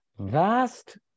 Vast